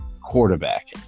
quarterback